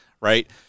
right